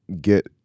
get